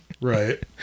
right